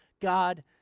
God